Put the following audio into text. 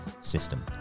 system